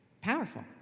Powerful